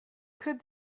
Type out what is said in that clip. could